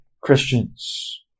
Christians